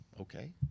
Okay